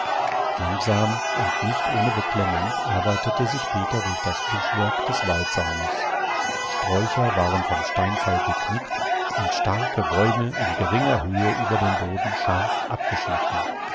langsam und nicht ohne beklemmung arbeitete sich peter durch das buschwerk des waldsaumes sträucher waren vom steinfall geknickt und starke bäume in geringer höhe über dem boden scharf abgeschnitten